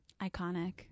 Iconic